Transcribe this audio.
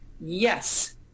yes